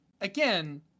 again